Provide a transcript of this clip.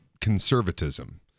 conservatism